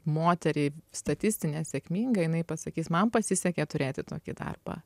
moterį statistinę sėkmingą jinai pasakys man pasisekė turėti tokį darbą